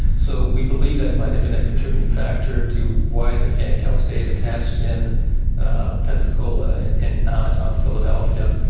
so we believe that might have been a contributing factor to why the fan cowl stayed attached in pensacola and and not on philadelphia.